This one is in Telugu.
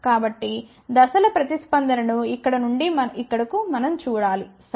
కాబట్టి దశల ప్రతిస్పందనను ఇక్కడ నుండి ఇక్కడకు మనం చూడాలి సరే